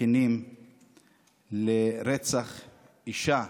הכנים על רצח אישה